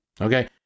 Okay